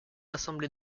assemblée